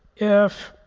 if